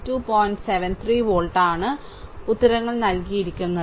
73 volt ആണ് ഉത്തരങ്ങൾ നൽകിയിരിക്കുന്നു